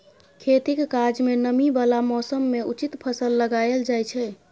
खेतीक काज मे नमी बला मौसम मे उचित फसल लगाएल जाइ छै